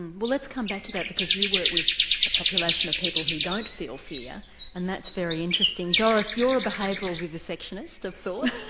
well let's come back to that because you work with a population of people who don't feel fear and that's very interesting. doris, you're a behavioural vivisectionist of sorts,